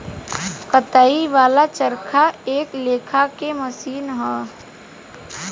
कताई वाला चरखा एक लेखा के मशीन ह